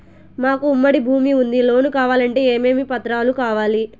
మాకు ఉమ్మడి భూమి ఉంది లోను కావాలంటే ఏమేమి పత్రాలు కావాలి?